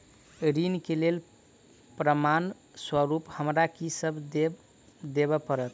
ऋण केँ लेल प्रमाण स्वरूप हमरा की सब देब पड़तय?